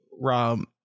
Rom